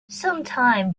sometime